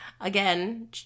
Again